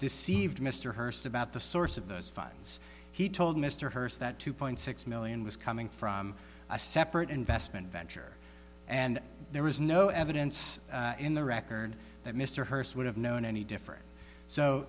about the source of those funds he told mr hurst that two point six million was coming from a separate investment venture and there is no evidence in the record that mr hurst would have known any different so